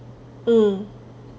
mm